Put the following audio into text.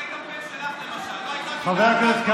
זה קמפיין שלך, למשל.